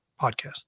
podcast